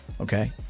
Okay